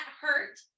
hurt